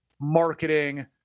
marketing